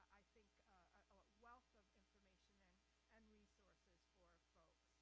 think, a wealth of information and and resources for folks.